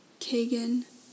Kagan